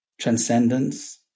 transcendence